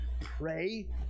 pray